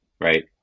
Right